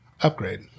upgrade